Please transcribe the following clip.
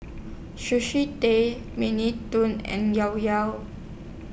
Sushi Tei Mini Toons and Llao Llao